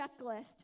checklist